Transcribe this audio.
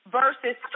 versus